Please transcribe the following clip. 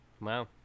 Wow